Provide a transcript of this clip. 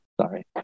Sorry